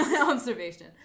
observation